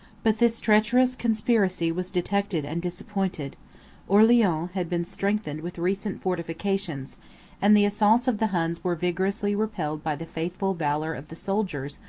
but this treacherous conspiracy was detected and disappointed orleans had been strengthened with recent fortifications and the assaults of the huns were vigorously repelled by the faithful valor of the soldiers,